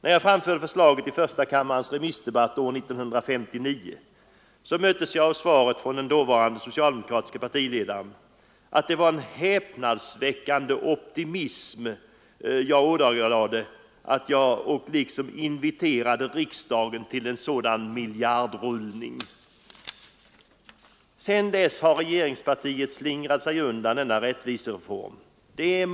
När jag framförde förslaget i första kammarens remissdebatt år 1959 möttes jag av svaret från den dåvarande socialdemokratiske partiledaren att det var en häpnadsväckande optimism jag ådagalade när jag inviterade riksdagen till en sådan miljardrullning. Sedan dess har regeringspartiet slingrat sig undan denna rättvisereform.